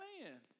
man